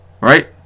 right